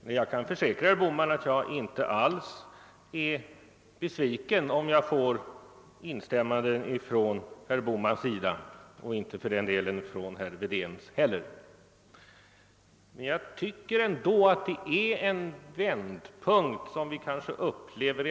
Herr talman! Jag kan försäkra herr Bohman att jag inte alls är besviken om jag får instämmanden från herr Bohman och inte heller, för den delen, från herr Wedén. Jag tycker att vi upplever en vändpunkt i denna debatt.